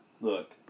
look